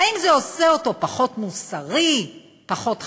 האם זה עושה אותו פחות מוסרי, פחות חכם,